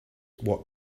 what